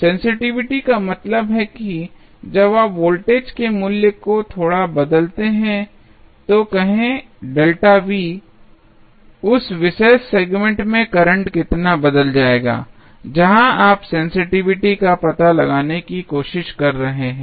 sensitivity का मतलब है जब आप वोल्टेज के मूल्य को थोड़ा बदलते हैं तो कहें उस विशेष सेगमेंट में करंट कितना बदल जाएगा जहां आप सेंसिटिविटी का पता लगाने की कोशिश कर रहे हैं